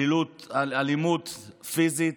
אלימות פיזית,